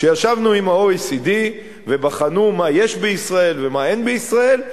כשישבנו עם ה-OECD ובחנו מה יש בישראל ומה אין בישראל,